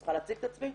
צריכה להציג את עצמי?